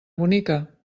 bonica